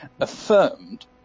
affirmed